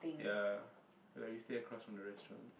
ya like we stayed across from the restaurant